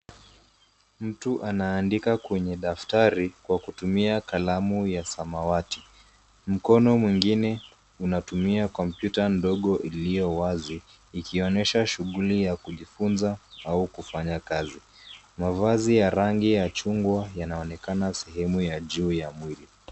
Mtu anaandika kwenye daftari kwa kutumia kalamu ya samawati. Mkono mwingine unatumia kompyuta ndogo iliyo wazi ikionyesha shughuli ya kujifunza au kufanya kazi. Mavazi ya rangi ya chungwa yanaonekana sehemu ya juu ya mwili.